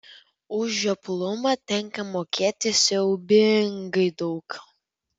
už žioplumą tenka mokėti siaubingai daug